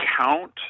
count